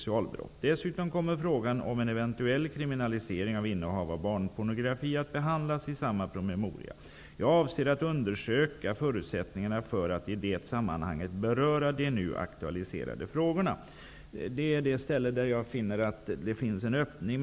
Justitieministern fortsätter: ''Dessutom kommer frågan om en eventuell kriminalisering av innehav av barnpornografi att behandlas i samma promemoria. Jag avser att undersöka förutsättningarna för att i det sammanhanget beröra de nu aktualiserade frågorna.'' Jag tycker att det här finns en öppning.